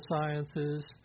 sciences